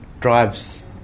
drives